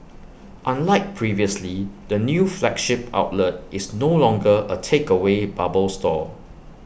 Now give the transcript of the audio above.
unlike previously the new flagship outlet is no longer A takeaway bubble store